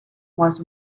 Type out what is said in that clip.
was